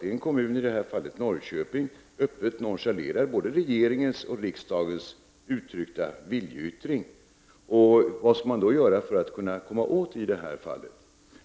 En kommun -— i detta fall Norrköping — nonchalerar nu uppenbarligen öppet både regeringens och riksdagens uttryckta viljeyttring, och vad skall man då göra för att komma åt det?